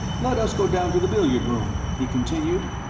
let us go down to the billiard room, he continued.